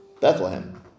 Bethlehem